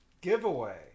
Giveaway